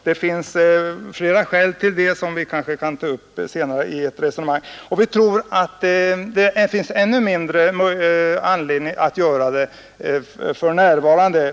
Det finns flera skäl härför som vi kanske kan ta upp i ett resonemang senare. Vi tror att det finns ännu mindre anledning att göra det för närvarande.